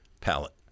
palette